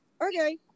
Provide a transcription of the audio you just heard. Okay